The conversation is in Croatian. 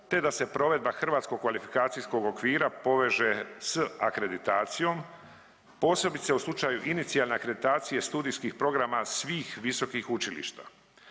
te da se provedba hrvatskog kvalifikacijskog okvira poveže s akreditacijom, posebice u slučaju inicijalne akreditacije studijskih programa svih visokih učilišta.